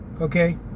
okay